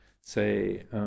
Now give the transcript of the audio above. say